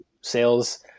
sales